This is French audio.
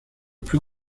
plus